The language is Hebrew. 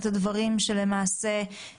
נכון לעכשיו מדובר על העברה יזומה של רישום פלילי למנהל.